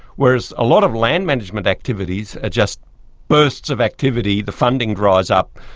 whereas a lot of land management activities are just bursts of activity, the funding dries up,